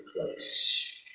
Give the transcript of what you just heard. place